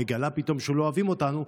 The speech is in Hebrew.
מגלה פתאום שלא אוהבים אותנו,